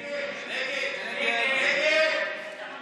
ההסתייגות של חבר הכנסת אלכס קושניר